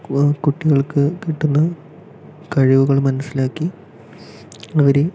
കുറേ കുട്ടികൾക്ക് കിട്ടുന്ന കഴിവുകൾ മനസ്സിലാക്കി അവരെ